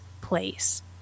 place